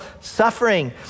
suffering